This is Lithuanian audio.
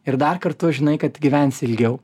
ir dar kartu žinai kad gyvensi ilgiau